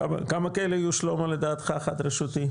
כמה כאלה יהיו לדעתך שלמה, חד-רשותי?